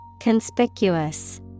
Conspicuous